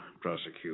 prosecute